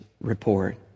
report